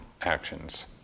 actions